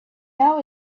now